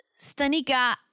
Stanika